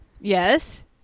Yes